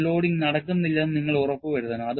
unloading നടക്കുന്നില്ലെന്ന് നിങ്ങൾ ഉറപ്പ് വരുത്തണം